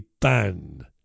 ban